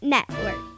Network